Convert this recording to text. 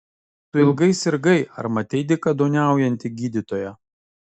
tu ilgai sirgai ar matei dykaduoniaujantį gydytoją